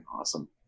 awesome